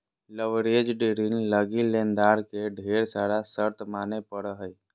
leveraged ऋण लगी लेनदार के ढेर सारा शर्त माने पड़ो हय